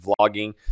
vlogging